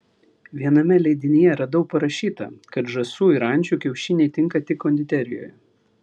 viename leidinyje radau parašyta kad žąsų ir ančių kiaušiniai tinka tik konditerijoje